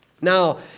Now